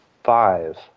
five